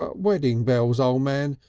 ah wedding bells, o' man.